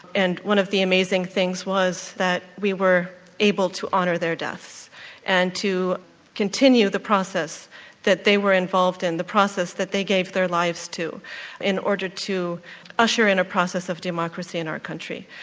and one of the amazing things was that we were able to honour their deaths and to continue the process that they were involved in, the process that they gave their lives to in order to usher in a process of democracy in our country.